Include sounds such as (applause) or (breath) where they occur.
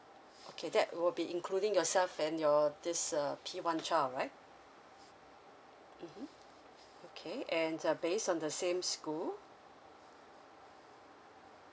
(breath) okay that will be including yourself and your this uh P one child right mmhmm okay and uh based on the same school